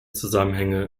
zusammenhänge